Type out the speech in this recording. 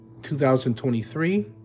2023